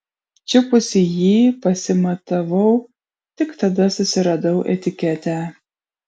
čiupusi jį pasimatavau tik tada susiradau etiketę